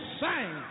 sing